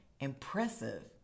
impressive